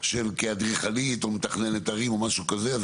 של כאדריכלית ומתכננת ערים או משהו כזה אז